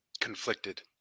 Conflicted